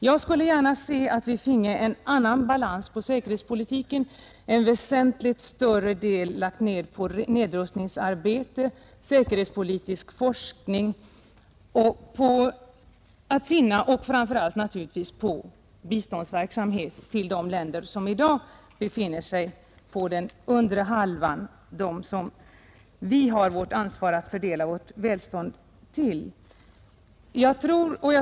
Jag skulle gärna se att vi finge en annan balans på säkerhetspolitiken med en väsentligt större del lagd på nedrustningsarbete, säkerhetspolitisk forskning och framför allt naturligtvis på biståndsverksamhet till de länder som i dag befinner sig på den undre halvan och till vilka vi måste dela med oss av vårt välstånd.